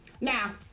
Now